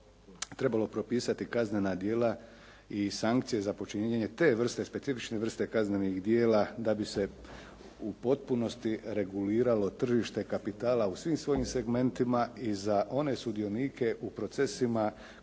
trebalo propisati kaznena djela i sankcije za počinjenje te vrste, specifične vrste kaznenih djela da bi se u potpunosti reguliralo tržište kapitala u svim svojim segmentima i za one sudionike u procesima koji